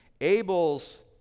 Abel's